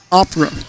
opera